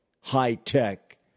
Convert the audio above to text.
high-tech